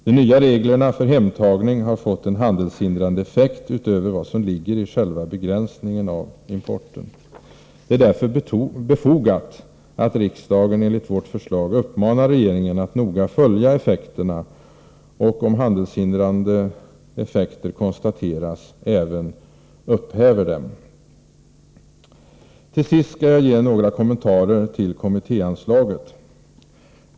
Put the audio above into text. De nya reglerna för hemtagning har fått en handelshindrande effekt utöver vad som ligger i själva begränsningen av importen. Det är därför befogat att riksdagen, enligt vårt förslag, uppmanar regeringen att noga följa effekterna och, om handelshindrande effekter konstateras, även upphäva dem. Till sist skall jag ge några kommentarer till kommittéanslaget.